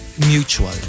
Mutual